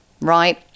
right